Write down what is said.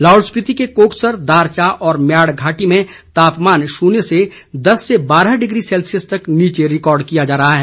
लाहौल स्पीति के कोकसर दारचा और म्याड़ घाटी में तापमान शून्य से दस से बारह डिग्री सेल्सियस तक नीचे रिकॉर्ड किया जा रहा है